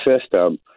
system